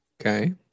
Okay